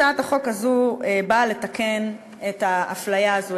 הצעת החוק הזו באה לתקן את האפליה הזו,